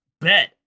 bet